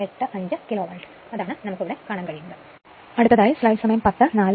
085 kilowatt